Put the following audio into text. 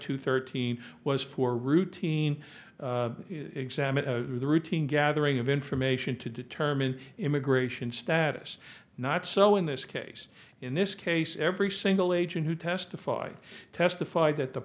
to thirteen was for routine exam and the routine gathering of information to determine immigration status not so in this case in this case every single agent who testified testified that the